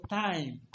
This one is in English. time